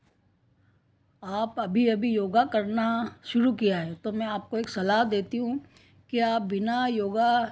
आप अभी अभी योग करना शुरू किया है तो मैं आपको एक सलाह देती हूँ कि आप बिना योग